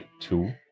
two